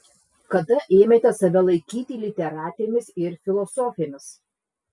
kada ėmėte save laikyti literatėmis ir filosofėmis